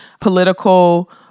political